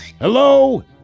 Hello